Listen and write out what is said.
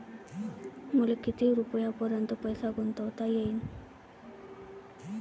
मले किती रुपयापर्यंत पैसा गुंतवता येईन?